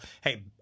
hey